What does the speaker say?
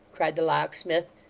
cried the locksmith,